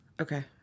Okay